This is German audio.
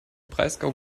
breisgau